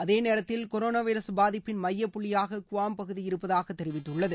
அதேநேரத்தில் corona virus பாதிப்பின் மைய புள்ளியாக குவாம் பகுதி இருப்பதாக தெரிவித்துள்ளது